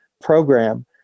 program